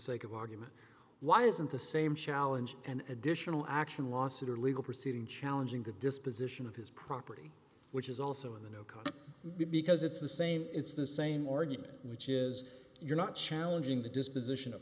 sake of argument why isn't the same challenge an additional action lawsuit or legal proceeding challenging the disposition of his property which is also in the new code because it's the same it's the same argument which is you're not challenging the disposition of